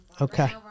Okay